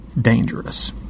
dangerous